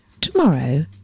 tomorrow